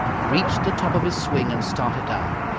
reached the top of his swing and started down